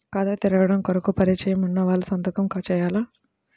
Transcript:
ఖాతా తెరవడం కొరకు పరిచయము వున్నవాళ్లు సంతకము చేయాలా?